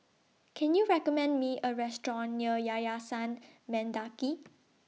Can YOU recommend Me A Restaurant near Yayasan Mendaki